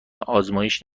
آزمایش